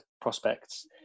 prospects